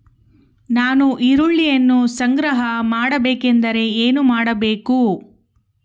ನಾನು ಈರುಳ್ಳಿಯನ್ನು ಸಂಗ್ರಹ ಮಾಡಬೇಕೆಂದರೆ ಏನು ಮಾಡಬೇಕು?